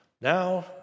Now